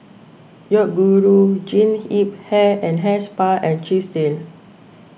Yoguru Jean Yip Hair and Hair Spa and Chesdale